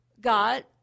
God